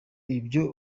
ibyo